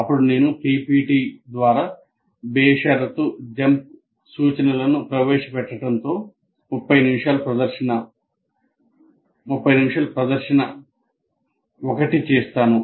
అప్పుడు నేను పిపిటి ద్వారా బేషరతు జంప్ సూచనలను ప్రవేశపెట్టడంతో 30 నిమిషాలు ప్రదర్శన 1 చేస్తాను